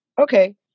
okay